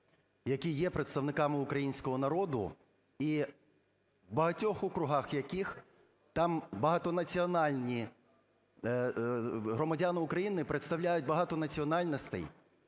які є представниками українського народу, і в багатьох округах яких там багатонаціональні громадяни України представляють багато національностей.